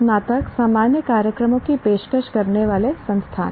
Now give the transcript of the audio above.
स्नातक सामान्य कार्यक्रमों की पेशकश करने वाले संस्थान